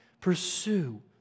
pursue